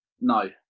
No